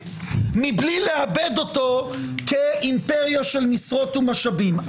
מבלי לאבד אותו כאימפריה של משרות ומשאבים.